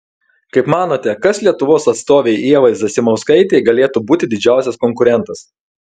kaip manote kas lietuvos atstovei ievai zasimauskaitei galėtų būti didžiausias konkurentas